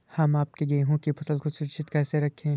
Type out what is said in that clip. हम अपने गेहूँ की फसल को सुरक्षित कैसे रखें?